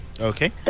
Okay